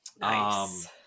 Nice